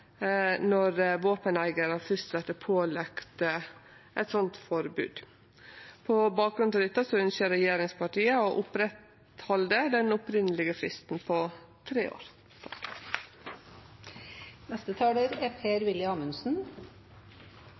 når våpeneigarar først vert pålagde eit sånt forbod. På bakgrunn av dette ønskjer regjeringspartia å halde fast ved den opphavlege fristen på tre år. Fremskrittspartiet er